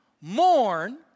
mourn